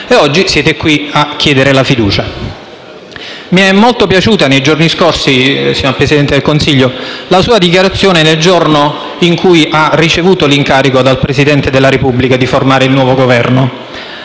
E oggi siete qui a chiedere la fiducia. Mi è molto piaciuta nei scorsi giorni, signor Presidente del Consiglio, la sua dichiarazione nel giorno in cui ha ricevuto l'incarico dal Presidente della Repubblica di formare il nuovo Governo.